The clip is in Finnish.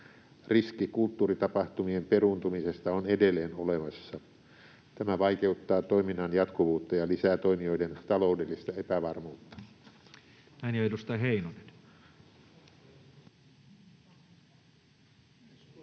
Riski kulttuuritapahtumien peruuntumisesta on edelleen olemassa. Tämä vaikeuttaa toiminnan jatkuvuutta ja lisää toimijoiden taloudellista epävarmuutta. [Speech 118] Speaker: Toinen